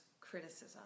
criticism